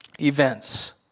events